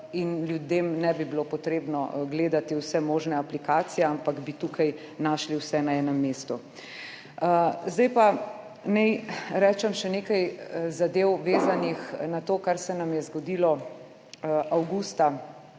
in ljudem ne bi bilo potrebno gledati vseh možnih aplikacij, ampak bi tukaj našli vse na enem mestu. Zdaj pa naj rečem še nekaj zadev, vezanih na to, kar se nam je zgodilo avgusta